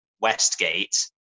Westgate